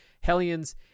Hellions